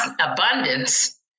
abundance